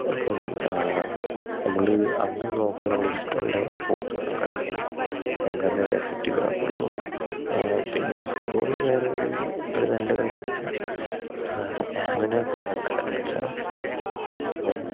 ഇപ്പം നമ്മൾ അങ്ങനെ നോക്കാ നമ്മൾ ഇഷ്ടമുള്ള ഒരു സ്പോർട്സാണ് കളിക്കാൻ എന്നാൽ അത് എഫക്റ്റീവാകത്തുള്ളൂ പിന്നെ ഫുട്ബോൾ വേറെ രീതിൽ നല്ല കാര്യം എന്ന് വെച്ചാൽ സ്റ്റാമിന കൂടാൻ നല്ല ചാൻസാ അപ്പം